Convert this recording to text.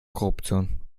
korruption